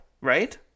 Right